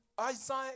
Isaiah